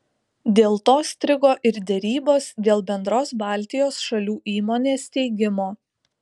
dėl to strigo ir derybos dėl bendros baltijos šalių įmonės steigimo